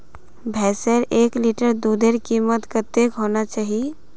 भैंसेर एक लीटर दूधेर कीमत कतेक होना चही?